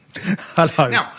Hello